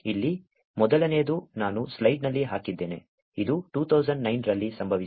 ಇಲ್ಲಿ ಮೊದಲನೆಯದು ನಾನು ಸ್ಲೈಡ್ನಲ್ಲಿ ಹಾಕಿದ್ದೇನೆ ಇದು 2009 ರಲ್ಲಿ ಸಂಭವಿಸಿತು